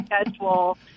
schedule